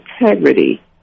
integrity